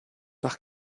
par